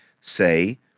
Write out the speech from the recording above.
say